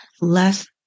less